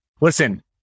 Listen